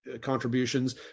contributions